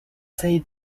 say